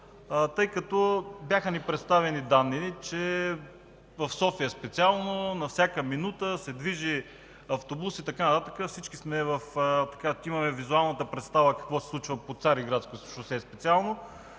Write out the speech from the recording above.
лентата. Бяха ни представени данни, че в София специално на всяка минута се движи автобус и така нататък. Всички имаме визуалната представа какво се случва по „Цариградско шосе” например.